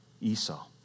Esau